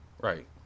Right